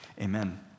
Amen